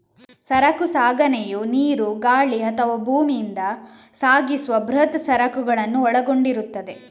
ಸರಕು ಸಾಗಣೆಯು ನೀರು, ಗಾಳಿ ಅಥವಾ ಭೂಮಿಯಿಂದ ಸಾಗಿಸುವ ಬೃಹತ್ ಸರಕುಗಳನ್ನು ಒಳಗೊಂಡಿರುತ್ತದೆ